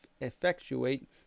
effectuate